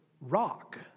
rock